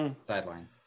sideline